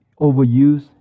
overuse